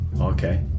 Okay